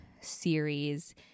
series